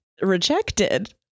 rejected